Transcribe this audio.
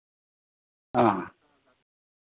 ᱚ